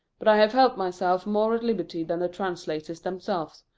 but i have felt myself more at liberty than the translators themselves,